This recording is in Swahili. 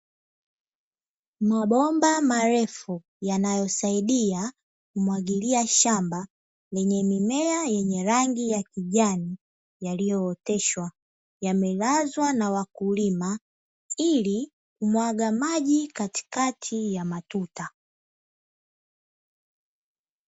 Mabomba marefu yanayosaidia kumwagilia shamba lenye mimea yenye rangi ya kijani yaliyooteshwa, yamelazwa na wakulima ili kumwaga maji katikati ya matuta.